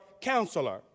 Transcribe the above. counselor